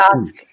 ask –